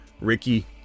Ricky